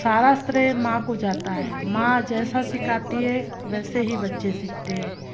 सारा श्रेय माँ को जाता है माँ जैसा सिखाती है वैसे ही बच्चे सीखते हैं